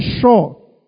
sure